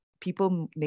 people